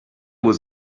was